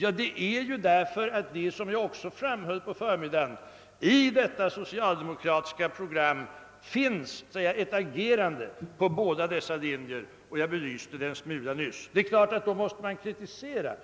Ja, det beror på att det — som jag också framhöll på förmiddagen — i detta socialdemokratiska program finns ett agerande på två linjer, en försiktig och en socialistisk, något som jag belyste en smula. Det är klart att vi då kritiserar